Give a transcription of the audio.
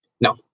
No